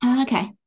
Okay